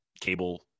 cable